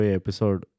episode